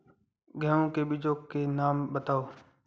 गेहूँ के बीजों के नाम बताओ?